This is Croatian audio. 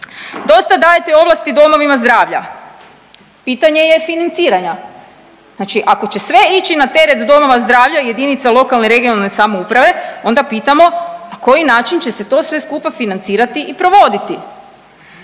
Dosta dajete ovlasti domovima zdravlja. Pitanje je financiranja. Znači ako će sve ići na teret domova zdravlja jedinica lokalne i regionalne samouprave onda pitamo na koji način će se to sve skupa financirati i provoditi.